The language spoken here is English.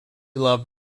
loved